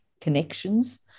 connections